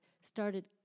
started